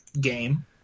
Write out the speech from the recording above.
game